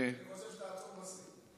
אני חושב שתעצור בשיא.